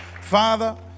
Father